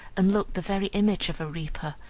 and looked the very image of a reaper!